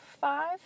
five